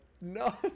no